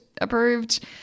approved